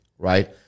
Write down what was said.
right